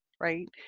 right